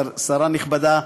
שרה נכבדה,